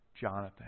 Jonathan